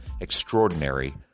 extraordinary